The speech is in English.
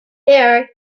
there